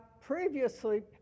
previously